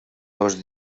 dos